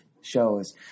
shows